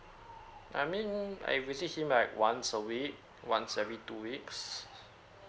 I mean I visit him like once a week once every two weeks